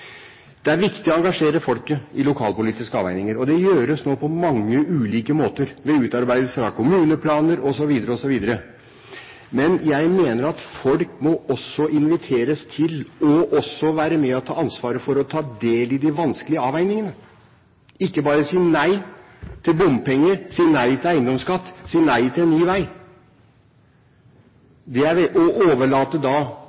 Det er viktig å engasjere folket i lokalpolitiske avveininger, og det gjøres nå på mange ulike måter – ved utarbeidelse av kommuneplaner osv. Men jeg mener at folk også må inviteres til å ta del i, og være med på å ta ansvaret for, de vanskelige avveiningene – ikke bare si nei til bompenger, si nei til eiendomsskatt, si nei til en ny